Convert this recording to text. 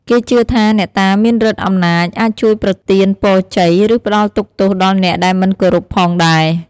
គេជឿថាអ្នកតាមានឫទ្ធិអំណាច អាចជួយប្រទានពរជ័យ ឬផ្ដល់ទុក្ខទោសដល់អ្នកដែលមិនគោរពផងដែរ។